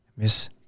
Miss